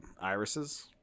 irises